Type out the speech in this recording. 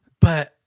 But-